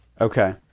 Okay